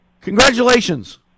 Congratulations